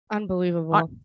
unbelievable